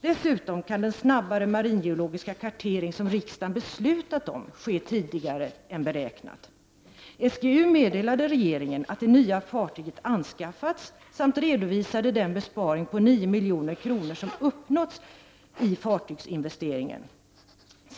Dessutom kan den snabbare maringeologiska kartering som riksdagen beslutat om ske tidigare än beräknat. SGU meddelade regeringen att det nya fartyget anskaffats samt redovisade den besparing på 9 milj.kr. som uppnåtts i fartygsinvesteringen.